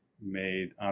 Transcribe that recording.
made